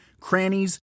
crannies